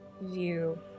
view